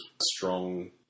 strong